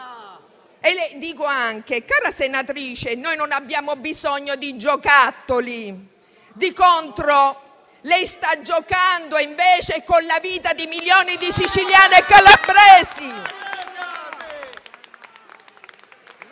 Dico anche, cara senatrice, che noi non abbiamo bisogno di giocattoli. Di contro, lei sta giocando con la vita di milioni di siciliani e calabresi.